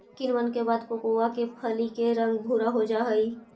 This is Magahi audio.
किण्वन के बाद कोकोआ के फली के रंग भुरा हो जा हई